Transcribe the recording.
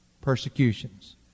persecutions